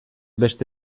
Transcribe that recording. beste